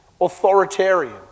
authoritarian